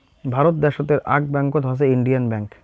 ভারত দ্যাশোতের আক ব্যাঙ্কত হসে ইন্ডিয়ান ব্যাঙ্ক